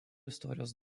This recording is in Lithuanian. istorijos